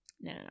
No